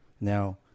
Now